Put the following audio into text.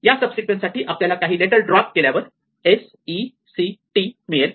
या subsequence साठी आपल्याला काही लेटर ड्रॉप केल्यावर s e c t मिळेल